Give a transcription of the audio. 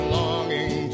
longing